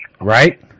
right